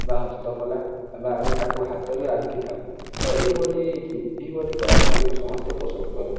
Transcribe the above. ବା ହସ୍ତକଲା ବା ଆମେ ତାକୁ ହାତରେ ଆଙ୍କିଥାଉ ତ ଏହିଭଳି ଏହିଭଳି କଳାକୃତିକୁ ସମସ୍ତେ ପସନ୍ଦ କରନ୍ତି